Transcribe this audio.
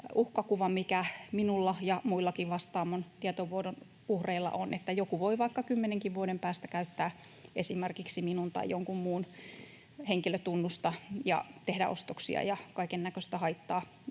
uhkakuva, mikä minulla ja muillakin Vastaamon tietovuodon uhreilla on, että joku voi vaikka kymmenenkin vuoden päästä käyttää esimerkiksi minun tai jonkun muun henkilötunnusta ja tehdä ostoksia ja kaikennäköistä haittaa,